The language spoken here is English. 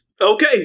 Okay